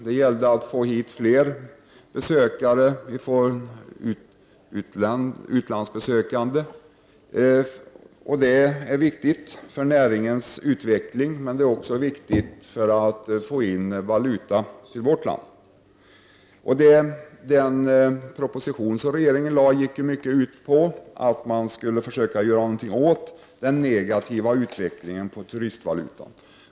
Det gällde att få hit fler besökare från utlandet. Det är viktigt för näringens utveckling, men också för att få in valuta till vårt land. Den proposition som regeringen lade fram gick ut på att man skulle göra någonting åt den negativa utvecklingen av turistvalutan.